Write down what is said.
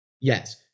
yes